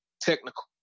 technical